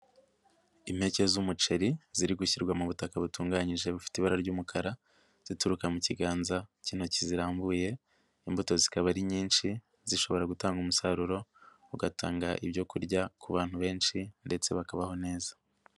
Impeke z'umuceri ziri gushyirwa mu butaka butunganyije bufite ibara ry'umukara, zituruka mu kiganza cy'into zirambuye, imbuto zikaba ari nyinshi zishobora gutanga umusaruro ugatanga ibyo kurya ku bantu benshi ndetse bakabaho neza.